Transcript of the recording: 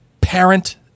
parent